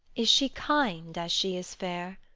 is she kind as she is fair?